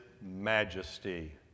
majesty